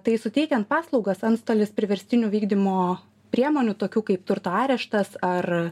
tai suteikiant paslaugas antstolis priverstinių vykdymo priemonių tokių kaip turto areštas ar